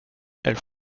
elles